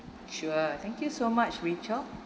sure thank you so much rachel